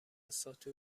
ساتور